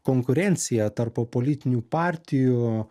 konkurencija tarp politinių partijų